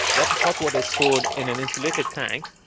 that hot water is stored in an insulated tank,